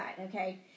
okay